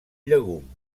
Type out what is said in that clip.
llegum